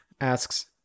asks